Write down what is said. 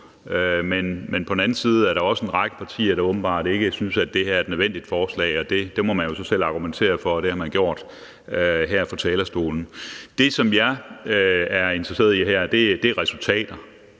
men på den anden side er der også en række partier, der åbenbart ikke synes, at det her er et nødvendigt forslag. Og det må man jo så selv argumentere for, og det har man gjort her fra talerstolen. Det, som jeg er interesseret i her, er resultater.